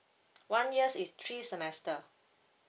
one year is three semester